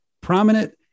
prominent